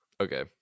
Okay